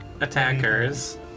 attackers